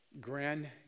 Grand